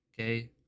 Okay